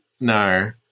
No